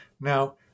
Now